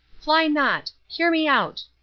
fly not. hear me out!